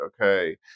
okay